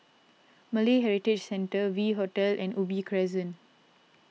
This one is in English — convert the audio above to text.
Malay Heritage Centre V Hotel and Ubi Crescent